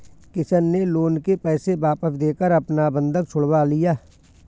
किशन ने लोन के पैसे वापस देकर अपना बंधक छुड़वा लिया